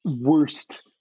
worst